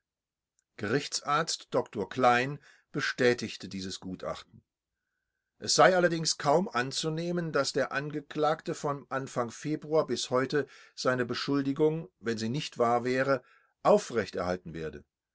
gerichtsarzt dr klein bestätigte dieses gutachten es sei allerdings kaum anzunehmen daß der angeklagte vom anfang februar bis heute seine beschuldigung wenn sie nicht wahr wäre aufrecht erhalten werde